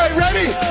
ready?